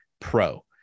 pro